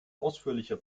ausführlicher